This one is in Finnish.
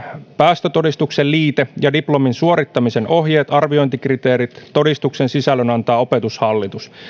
päästötodistuksen liite ja diplomin suorittamisen ohjeet arviointikriteerit ja todistuksen sisällön antaa opetushallitus